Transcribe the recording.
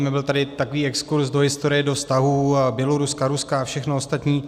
Byl tady takový exkurz do historie, do vztahů Běloruska, Ruska a všechno ostatní.